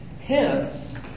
Hence